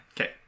Okay